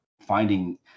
finding